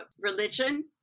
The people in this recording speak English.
religion